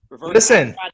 Listen